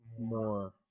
more